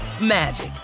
magic